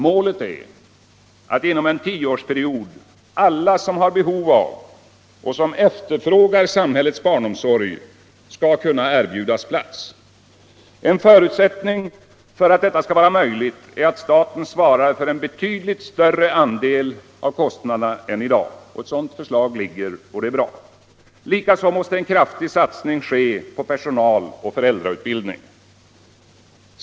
Målet är att inom en tioårsperiod alla som har behov av och efterfrågar samhällets barnomsorg skall kunna erbjudas plats. En förutsättning för att detta skall vara möjligt är att staten svarar för en betydligt större andel av kostnaderna än i dag. Ett sådant förslag ligger, och det är bra. Likaså måste en kraftig satsning ske på personal och föräldrautbildning.